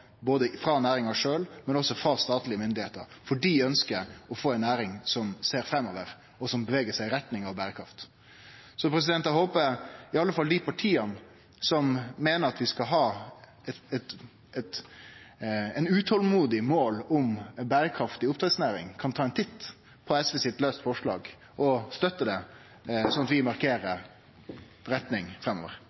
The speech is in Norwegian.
både frå næringa sjølv og frå statlege myndigheiter, for dei ønskjer å få ei næring som ser framover, og som bevegar seg i retning av berekraft. Eg håper i alle fall at dei partia som meiner at vi skal ha eit utolmodig mål om ei berekraftig oppdrettsnæring, kan ta ein titt på det lause forslaget frå SV og støtte det, slik at vi markerer retning framover.